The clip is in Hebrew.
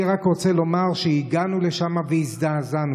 אני רק רוצה לומר שהגענו לשם והזדעזענו,